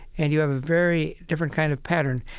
and you have a very different kind of pattern,